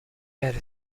had